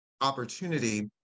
opportunity